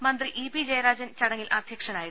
മന്ത്രി E P Jayarajan ചടങ്ങിൽ അധ്യക്ഷനായിരുന്നു